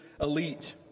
elite